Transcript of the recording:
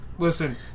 Listen